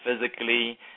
physically